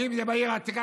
ואם זה בעיר העתיקה,